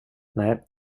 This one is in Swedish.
nej